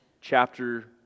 chapter